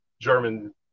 German